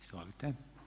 Izvolite.